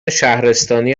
شهرستانی